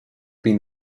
been